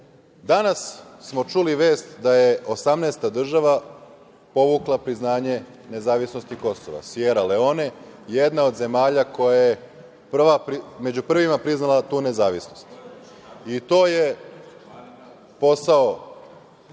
danas smo čuli vest da je osamnaesta država povukla priznanje nezavisnosti Kosova, Sijera Leone, jedna od zemalja koja je među prvima priznala tu nezavisnost, i to je posao